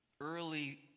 early